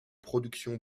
production